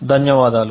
ధన్యవాదాలు